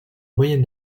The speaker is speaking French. moyen